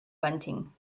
bunting